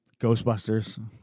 Ghostbusters